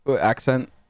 Accent